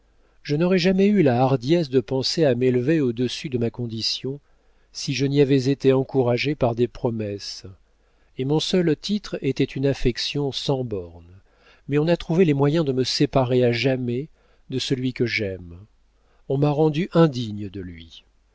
je n'aurais jamais eu la hardiesse de penser à m'élever au-dessus de ma condition si je n'y avais été encouragée par des promesses et mon seul titre était une affection sans bornes mais on a trouvé les moyens de me séparer à jamais de celui que j'aime on m'a rendue indigne de lui